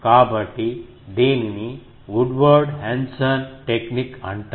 కాబట్టి దీనిని Woodward Henson technique అంటారు